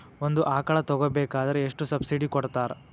ಒಂದು ಆಕಳ ತಗೋಬೇಕಾದ್ರೆ ಎಷ್ಟು ಸಬ್ಸಿಡಿ ಕೊಡ್ತಾರ್?